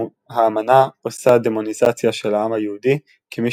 האמנה עושה דמוניזציה של העם היהודי כמי